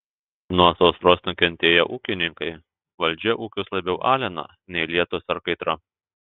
nuo sausros nukentėję ūkininkai valdžia ūkius labiau alina nei lietūs ar kaitra